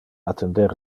attender